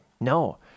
no